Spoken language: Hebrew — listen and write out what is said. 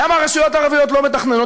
ולמה הרשויות הערביות לא מתכננות?